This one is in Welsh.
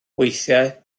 weithiau